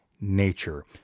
nature